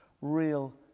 real